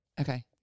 Okay